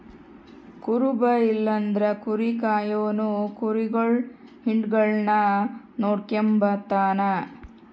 ಕುರುಬ ಇಲ್ಲಂದ್ರ ಕುರಿ ಕಾಯೋನು ಕುರಿಗುಳ್ ಹಿಂಡುಗುಳ್ನ ನೋಡಿಕೆಂಬತಾನ